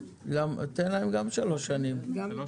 תן להם גם שלוש שנים,